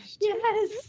Yes